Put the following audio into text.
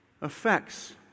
affects